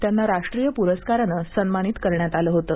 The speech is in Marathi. त्यांना राष्ट्रीय पुरस्कारानं सन्मानित करण्यात आलं होतं